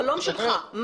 חלום שלך,